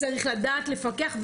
צריך לדעת לפקח.